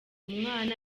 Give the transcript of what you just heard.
umwana